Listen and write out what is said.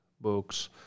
books